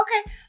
Okay